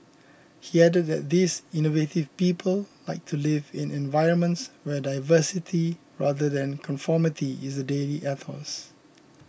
he added that these innovative people like to live in environments where diversity rather than conformity is the daily ethos